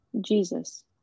Jesus